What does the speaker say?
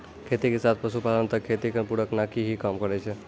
खेती के साथ पशुपालन त खेती के पूरक नाकी हीं काम करै छै